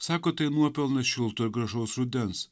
sako tai nuopelnas šilto ir gražaus rudens